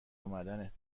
اومدنت